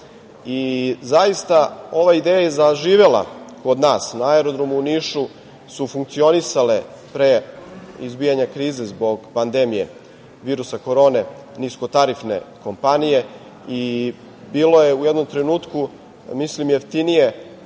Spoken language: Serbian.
Zaista, ova ideja je zaživela kod nas. Na aerodromu u Nišu su funkcionisale pre izbijanja krize zbog pandemije virusa korone niskotarifne kompanije i bilo je u jednom trenutku jeftinije